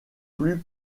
plus